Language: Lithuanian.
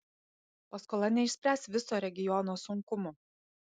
paskola neišspręs viso regiono sunkumų